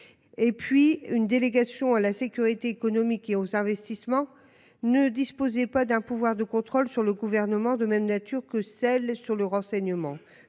Et puis une délégation à la sécurité économique et aux investissements ne disposait pas d'un pouvoir de contrôle sur le gouvernement de même nature que celle sur le renseignement,